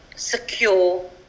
Secure